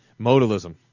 Modalism